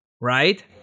right